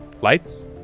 Lights